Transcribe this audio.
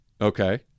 Okay